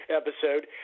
episode